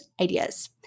ideas